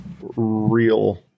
real